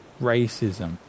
Racism